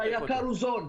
והיקר הוא זול.